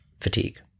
fatigue